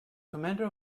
commander